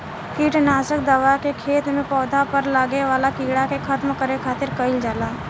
किट नासक दवा के खेत में पौधा पर लागे वाला कीड़ा के खत्म करे खातिर कईल जाला